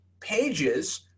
pages